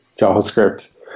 javascript